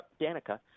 Danica